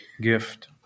gift